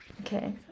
Okay